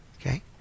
Okay